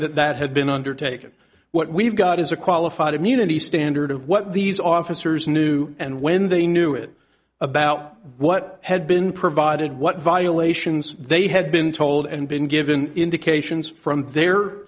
that that had been undertaken what we've got is a qualified immunity standard of what these officers knew and when they knew it about what had been provided what violations they had been told and been given indications from their